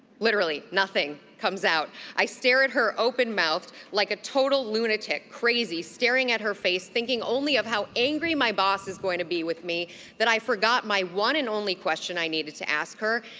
literally nothing comes out. i stare at her open-mouthed like a total lunatic, crazy, staring at her face, thinking only of how angry my boss is going to be with me that i forgot my one and only question i needed to ask her,